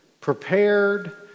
prepared